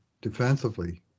defensively